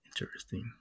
Interesting